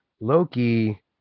Loki